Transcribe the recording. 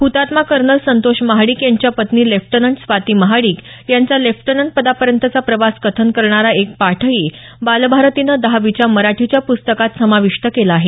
हुतात्मा कर्नल संतोष महाडिक यांच्या पत्नी लेफ्टनंट स्वाती महाडिक यांचा लेफ्टनंटपदापर्यंतचा प्रवास कथन करणारा एक पाठही बालभारतीनं दहावीच्या मराठीच्या प्स्तकात समाविष्ट केला आहे